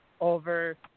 over